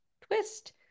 twist